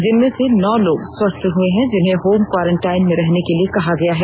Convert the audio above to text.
जिनमें से नौ लोग स्वस्थ्य हुए है जिन्हें होम क्वारंटाइन में रहने के लिए कहा गया है